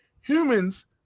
humans